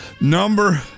Number